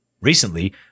recently